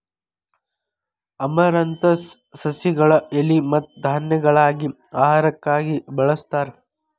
amaranthus ಸಸಿಗಳ ಎಲಿ ಮತ್ತ ಧಾನ್ಯಗಳಾಗಿ ಆಹಾರಕ್ಕಾಗಿ ಬಳಸ್ತಾರ